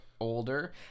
older